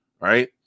Right